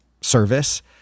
service